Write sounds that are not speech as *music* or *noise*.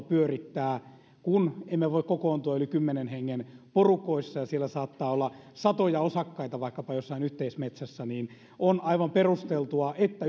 *unintelligible* pyörittää kun emme voi kokoontua yli kymmenen hengen porukoissa ja siellä saattaa olla satoja osakkaita vaikkapa jossain yhteismetsässä niin on aivan perusteltua että *unintelligible*